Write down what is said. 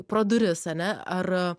pro duris ane ar